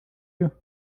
you